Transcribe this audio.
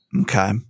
Okay